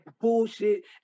bullshit